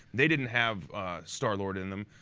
they didn't have star-lord in them.